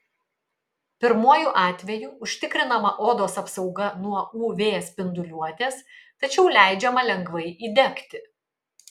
pirmuoju atveju užtikrinama odos apsauga nuo uv spinduliuotės tačiau leidžiama lengvai įdegti